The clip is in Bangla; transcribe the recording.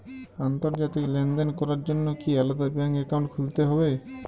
আন্তর্জাতিক লেনদেন করার জন্য কি আলাদা ব্যাংক অ্যাকাউন্ট খুলতে হবে?